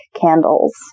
candles